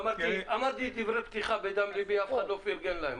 אמרתי דברי פתיחה בדם לבי ואף אחד לא פרגן להם.